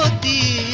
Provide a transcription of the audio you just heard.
di